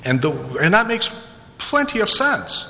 the and that makes plenty of sense